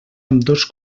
ambdós